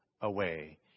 away